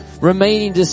remaining